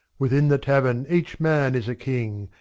within the tavern each man is a king,